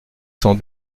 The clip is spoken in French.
sans